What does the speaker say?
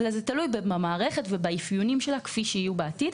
וזה תלוי במערכת ובאפיונים שלה, כפי שיהיו בעתיד.